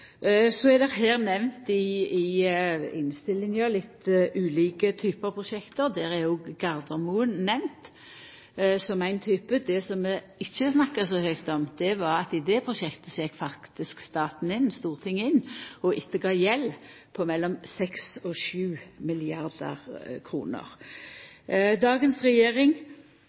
Så er det i innstillinga nemnt ulike typar prosjekt – der er òg Gardermoen nemnd som ein type. Det vi ikkje snakkar så høgt om, var at i det prosjektet gjekk faktisk staten – Stortinget – inn og ettergav gjeld på mellom 6 og 7 mrd. kr. Dagens regjering